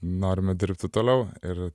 norime dirbti toliau ir